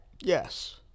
Yes